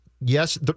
Yes